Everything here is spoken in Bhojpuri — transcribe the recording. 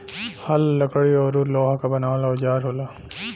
हल लकड़ी औरु लोहा क बनावल औजार होला